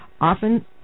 often